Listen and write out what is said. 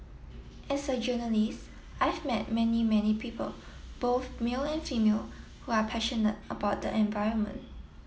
as a journalist I've met many many people both male and female who are passionate about the environment